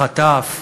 בחטף,